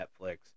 Netflix